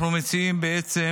אנחנו מציעים בעצם,